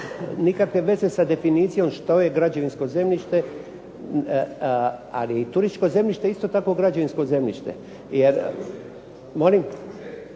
nikakve veze sa definicijom što je građevinsko zemljište, ali i turističko zemljište isto tako građevinsko zemljište jer. Molim?